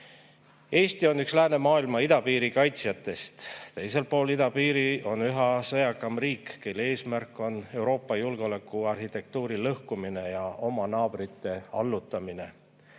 on üks läänemaailma idapiiri kaitsjatest. Teisel pool idapiiri on üha sõjakam riik, kelle eesmärk on Euroopa julgeolekuarhitektuuri lõhkumine ja oma naabrite allutamine.